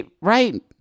right